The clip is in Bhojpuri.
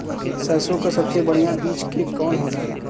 सरसों क सबसे बढ़िया बिज के कवन होला?